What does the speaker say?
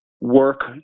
work